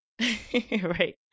right